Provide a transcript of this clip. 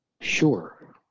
sure